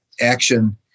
action